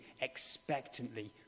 expectantly